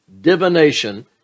divination